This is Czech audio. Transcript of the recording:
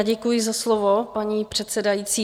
Děkuji za slovo, paní předsedající.